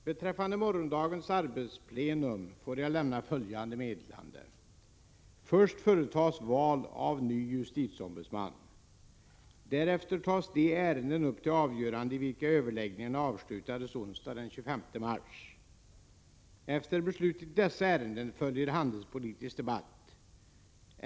Beträffande morgondagens arbetsplenum får jag lämna följande meddelande. Först företas val av en riksdagens ombudsman . Därefter tas de ärenden upp till avgörande i vilka överläggningarna avslutades onsdagen den 25 mars. Efter beslut i dessa ärenden följer handelspolitisk debatt.